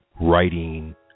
writing